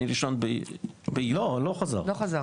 לא חזר,